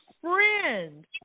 friend